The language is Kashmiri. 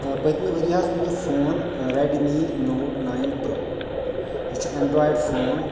ٲں پٔتمہِ ؤریہِ حظ اوٚن مےٚ phone Redmi Note nine Pro یہِ چھُ ایٚنڈرٛایِڈ فوٗن